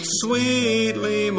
sweetly